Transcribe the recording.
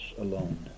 alone